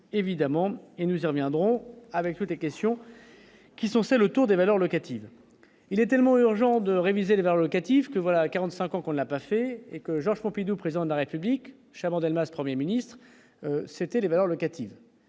évidemment, et nous y reviendrons avec toutes les questions qui sont celles autour des valeurs locatives, il est tellement urgent de réviser leurs locatif que voilà 45 ans qu'on n'a pas fait et que Georges Pompidou, président de la République Chaban-Delmas 1er ministre c'était les valeurs locatives